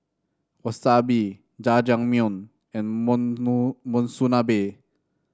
Wasabi Jajangmyeon and Monsunabe